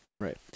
Right